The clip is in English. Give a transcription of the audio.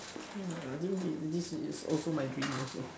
I think the this is also my dream also